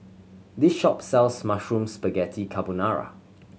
this shop sells Mushroom Spaghetti Carbonara